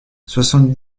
soixante